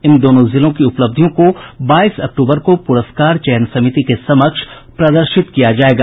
इन दोनों जिलों की उपलब्धियों को बाईस अक्टूबर को पुरस्कार चयन समिति के समक्ष प्रदर्शित किया जायेगा